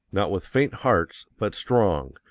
not with faint hearts, but strong,